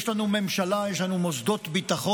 יש לנו ממשלה, יש לנו מוסדות ביטחון,